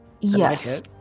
Yes